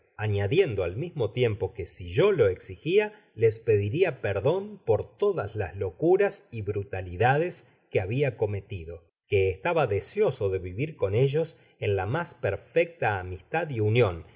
añadiendo al mismo tiempo que si yo lo exigía les pediria perdon por todas las locuras y brutalidades que habia cometido que estaba deseoso de vivir con ellos en la mas perfecta amistad y union